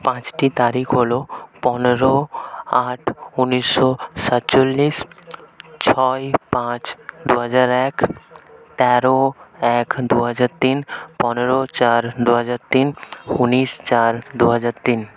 পাঁচটি তারিখ হলো পনেরো আট উনিশশো সাতচল্লিশ ছয় পাঁচ দু হাজার এক তেরো এক দু হাজার তিন পনেরো চার দু হাজার তিন উনিশ চার দু হাজার তিন